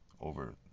over